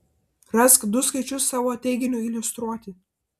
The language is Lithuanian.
rask du skaičius savo teiginiui iliustruoti